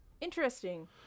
Interesting